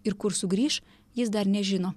ir kur sugrįš jis dar nežino